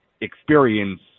experience